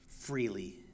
freely